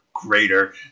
greater